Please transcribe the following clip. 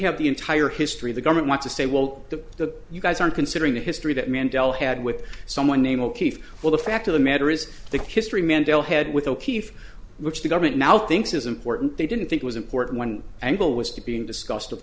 have the entire history of the government to say well to you guys aren't considering the history that mandela had with someone named o'keefe well the fact of the matter is the history mandela had with o'keeffe which the government now thinks is important they didn't think was important when angle was to being discussed of